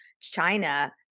China